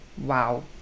wow